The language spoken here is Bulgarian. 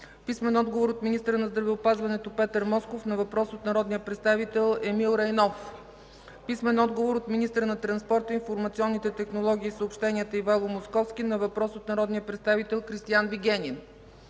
Алексиева; - министъра на здравеопазването Петър Москов на въпрос от народния представител Емил Райнов; - министъра на транспорта информационните технологии и съобщенията Ивайло Московски на въпрос от народния представител Кристиан Вигенин;